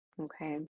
okay